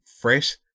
fresh